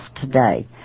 today